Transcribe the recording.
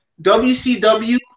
WCW